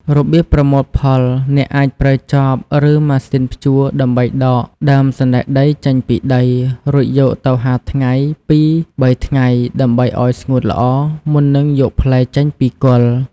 របៀបប្រមូលផល អ្នកអាចប្រើចប ឬម៉ាស៊ីនភ្ជួរដើម្បីដកដើមសណ្ដែកដីចេញពីដី រួចយកទៅហាលថ្ងៃពីរបីថ្ងៃដើម្បីឱ្យស្ងួតល្អ មុននឹងយកផ្លែចេញពីគល់។